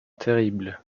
terrible